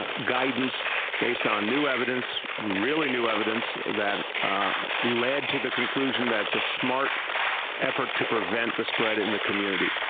ah guidance based on new evidence, really knew evidence that led to the conclusion that it's a smart effort to prevent the spread in the community.